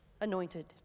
anointed